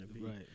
Right